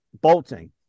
bolting